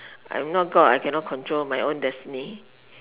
I'm not god I cannot control my own destiny